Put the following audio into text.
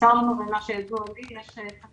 שנמסר לנו ומה שידוע לי, יש תמיד